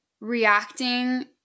reacting